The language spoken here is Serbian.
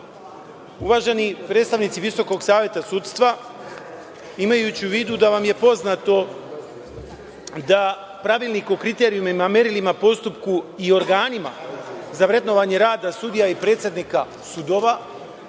predstavnici Visokog saveta sudstva, imajući u vidu da vam je poznato da Pravilnik o kriterijumima, merilima, postupku i organima za vrednovanje rada sudija i predsednika sudova